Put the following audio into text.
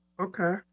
Okay